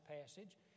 passage